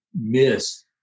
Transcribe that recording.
miss